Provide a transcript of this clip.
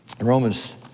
Romans